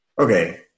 Okay